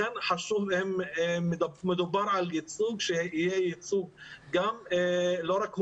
לכן חשוב שיהיה ייצוג לא רק הולם,